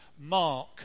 mark